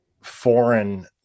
foreign